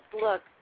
look